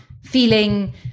feeling